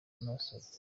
n’abasore